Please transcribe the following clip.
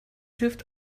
hilft